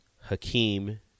Hakeem